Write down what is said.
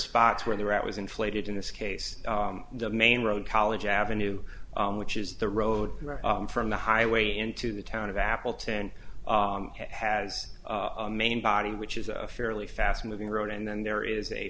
spots where the route was inflated in this case the main road college avenue which is the road from the highway into the town of appleton has a main body which is a fairly fast moving road and then there is a